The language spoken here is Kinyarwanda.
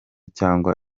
cyangwa